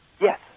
Yes